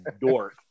dork